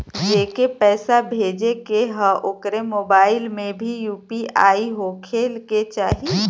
जेके पैसा भेजे के ह ओकरे मोबाइल मे भी यू.पी.आई होखे के चाही?